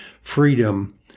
freedom